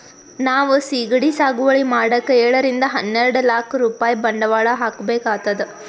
ನಾವ್ ಸಿಗಡಿ ಸಾಗುವಳಿ ಮಾಡಕ್ಕ್ ಏಳರಿಂದ ಹನ್ನೆರಡ್ ಲಾಕ್ ರೂಪಾಯ್ ಬಂಡವಾಳ್ ಹಾಕ್ಬೇಕ್ ಆತದ್